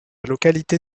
localité